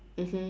mmhmm